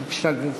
בבקשה, גברתי.